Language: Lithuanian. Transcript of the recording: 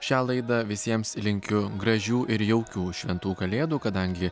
šią laidą visiems linkiu gražių ir jaukių šventų kalėdų kadangi